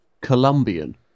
Colombian